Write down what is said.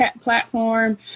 platform